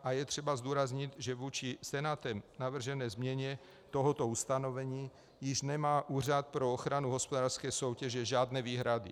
A je třeba zdůraznit, že vůči Senátem k navržené změně tohoto ustanovení již nemá Úřad pro ochranu hospodářské soutěže žádné výhrady.